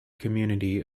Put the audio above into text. community